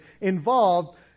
involved